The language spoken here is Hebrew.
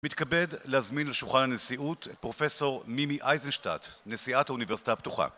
מתכבד להזמין לשולחן הנשיאות את פרופ' מימי אייזנשטאט, נשיאת האוניברסיטה הפתוחה